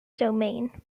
domain